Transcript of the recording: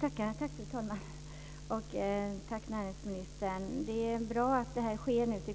Fru talman! Det är bra att detta sker nu på